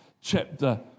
chapter